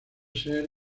ser